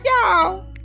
y'all